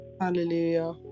Hallelujah